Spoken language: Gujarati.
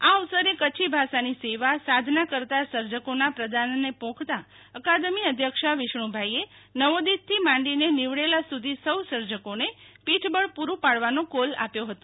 આ અવસરે કચ્છી ભાષાની સેવા સાધના કરતા સર્જકોનાં પ્રદાનને પોંખતાં અકાદમી અધ્યક્ષા વિષ્ણુભાઇએ નવોદિતથી માંડીને નીવડેલા સુ ધી સૌ સર્જકોને પીઠબળ પૂ ડું પાડવાનો કોલ આપ્યો હતો